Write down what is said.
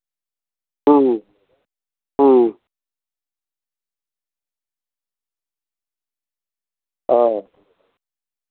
हाँ